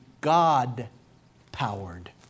God-powered